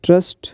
trust